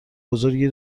بزرگی